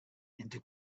into